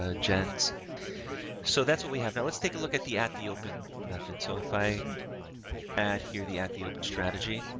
ah jen's so that's what we have now. let's take a look at the at the open method. so if i add here, the, at the open strategy,